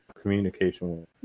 communication